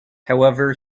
however